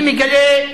אני מגלה,